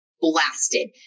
blasted